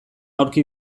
aurki